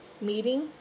meeting